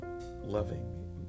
loving